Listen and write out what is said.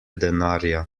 denarja